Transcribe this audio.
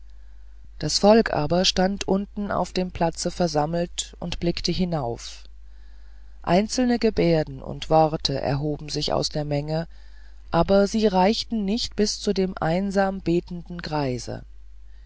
das volk aber stand unten auf dem platze versammelt und blickte herauf einzelne gebärden und worte erhoben sich aus der menge aber sie reichten nicht bis zu dem einsam betenden greise